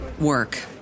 work